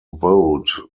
vote